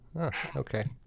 Okay